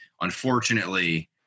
unfortunately